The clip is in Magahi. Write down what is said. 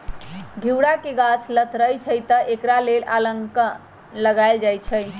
घिउरा के गाछ लथरइ छइ तऽ एकरा लेल अलांन लगायल जाई छै